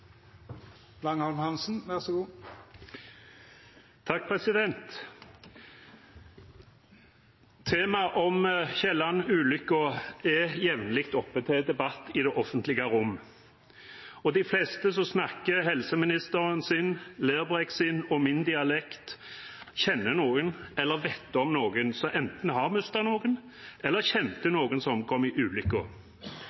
jevnlig oppe til debatt i det offentlige rom. De fleste som snakker helseministerens, Lerbrekks og min dialekt, kjenner noen eller vet om noen som enten har mistet noen eller kjente